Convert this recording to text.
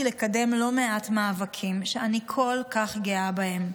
לקדם לא מעט מאבקים שאני כל כך גאה בהם,